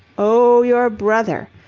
oh, your brother.